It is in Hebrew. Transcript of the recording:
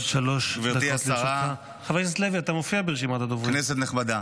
גברתי השרה, כנסת נכבדה,